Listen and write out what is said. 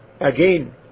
again